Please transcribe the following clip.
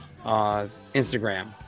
Instagram